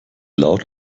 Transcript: laut